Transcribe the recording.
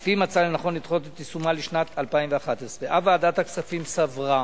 אף היא מצאה לנכון לדחות את יישומה לשנת 2011. אף ועדת הכספים סברה